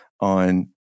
on